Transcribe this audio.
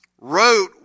Wrote